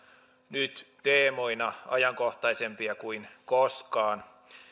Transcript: nyt teemoina ajankohtaisempia kuin koskaan